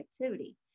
activity